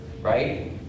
right